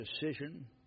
decision